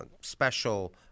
special